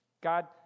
God